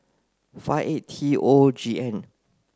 five A T O G N